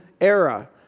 era